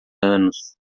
anos